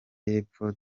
y’epfo